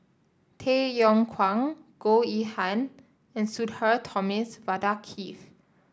Tay Yong Kwang Goh Yihan and Sudhir Thomas Vadaketh